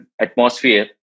atmosphere